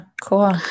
cool